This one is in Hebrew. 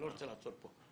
אני לא רוצה לעצור כאן.